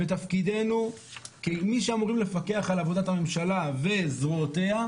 תפקידנו כמי שאמורים לפקח על עבודת הממשלה וזרועותיה,